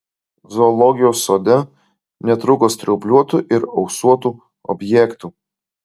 zoologijos sode netrūko straubliuotų ir ausuotų objektų